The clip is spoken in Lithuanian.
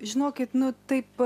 žinokit nu taip